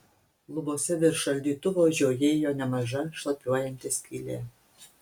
lubose virš šaldytuvo žiojėjo nemaža šlapiuojanti skylė